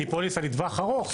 שהיא פוליסה לטווח ארוך.